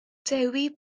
dewi